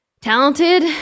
talented